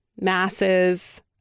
masses